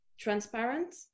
transparent